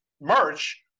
merch